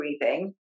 breathing